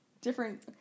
different